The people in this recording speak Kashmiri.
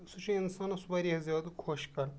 سُہ چھِ اِنسانَس واریاہ زیادٕ خۄش کَران